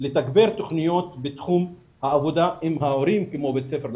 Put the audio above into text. לתגבר תוכניות בתחום העבודה עם ההורים כמו בית ספר להורים,